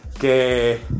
que